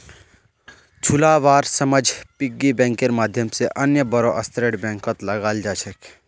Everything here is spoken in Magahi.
छुवालार समझ पिग्गी बैंकेर माध्यम से अन्य बोड़ो स्तरेर बैंकत लगाल जा छेक